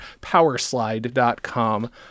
powerslide.com